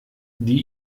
die